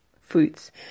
foods